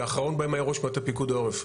שהאחרון בהם היה ראש מטה פיקוד העורף.